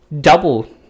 double